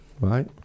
Right